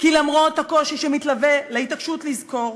כי למרות הקושי שמתלווה להתעקשות לזכור,